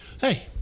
hey